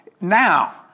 Now